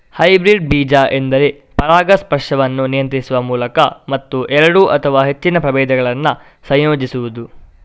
hybrid ಬೀಜ ಎಂದರೆ ಪರಾಗಸ್ಪರ್ಶವನ್ನು ನಿಯಂತ್ರಿಸುವ ಮೂಲಕ ಮತ್ತು ಎರಡು ಅಥವಾ ಹೆಚ್ಚಿನ ಪ್ರಭೇದಗಳನ್ನ ಸಂಯೋಜಿಸುದು